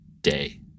day